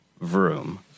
vroom